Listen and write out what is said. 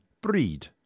breed